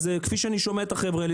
ממה שאני שומע מהחבר'ה האלה,